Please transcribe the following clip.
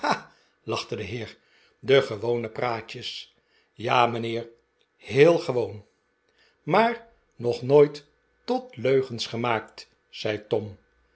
lachte de heer de gewone praatjes n ja mijnheer heel gewoon maar nog nooit tot leugens gemaakt zei tom